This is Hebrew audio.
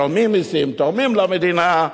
משלמים מסים, תורמים למדינה,